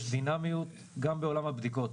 יש דינמיות גם בעולם הבדיקות,